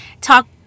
talk